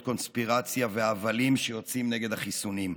קונספירציה והבלים שיוצאים נגד החיסונים.